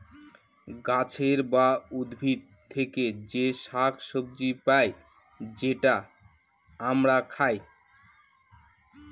গাছের বা উদ্ভিদ থেকে যে শাক সবজি পাই সেটা আমরা খাই